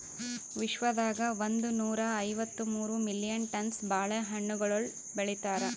ವಿಶ್ವದಾಗ್ ಒಂದನೂರಾ ಐವತ್ತ ಮೂರು ಮಿಲಿಯನ್ ಟನ್ಸ್ ಬಾಳೆ ಹಣ್ಣುಗೊಳ್ ಬೆಳಿತಾರ್